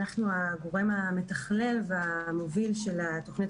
אנחנו הגורם המתכלל והמוביל של התוכנית